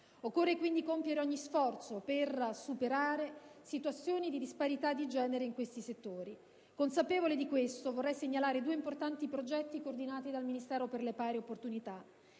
Occorre quindi compiere ogni sforzo per superare situazioni di disparità di genere in tali settori. Consapevole di questo, vorrei segnalare due importanti progetti coordinati dal Ministero per le pari opportunità: